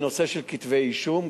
בנושא של כתבי אישום,